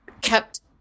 kept